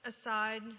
aside